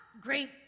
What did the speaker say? great